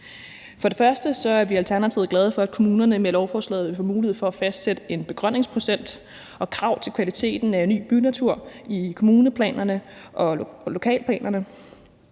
For det første er vi i Alternativet glade for, at kommunerne med lovforslaget vil få mulighed for at fastsætte en begrønningsprocent og krav til kvaliteten af ny bynatur i kommuneplanerne og lokalplanerne.